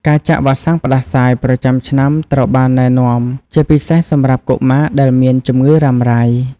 ការចាក់វ៉ាក់សាំងផ្តាសាយប្រចាំឆ្នាំត្រូវបានណែនាំ ជាពិសេសសម្រាប់កុមារដែលមានជំងឺរ៉ាំរ៉ៃ។